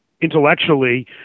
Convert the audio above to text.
intellectually